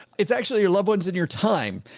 it's actually your loved ones and your time,